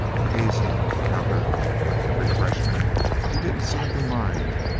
the hazing encountered by every freshman he didn't seem to mind,